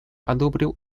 одобрил